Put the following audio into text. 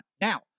Now